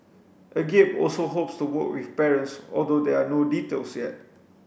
agape also hopes to work with parents although there are no details yet